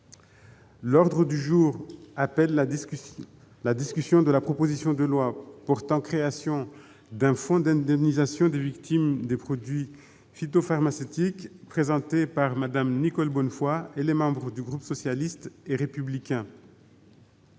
groupe socialiste et républicain, de la proposition de loi portant création d'un fonds d'indemnisation des victimes des produits phytopharmaceutiques, présentée par Mme Nicole Bonnefoy et les membres du groupe socialiste et républicain